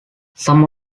some